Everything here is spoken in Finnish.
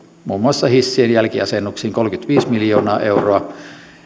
muun muassa hissien jälkiasennuksiin kolmekymmentäviisi miljoonaa euroa